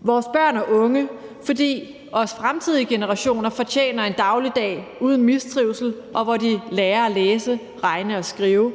vores børn og unge, fordi også fremtidige generationer fortjener en dagligdag uden mistrivsel, og hvor de lærer at læse, regne og skrive;